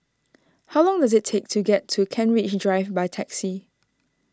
how long does it take to get to Kent Ridge Drive by taxi